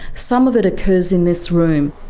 some of it occurs in this room.